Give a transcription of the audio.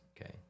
Okay